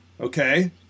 Okay